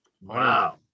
Wow